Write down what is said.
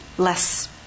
Less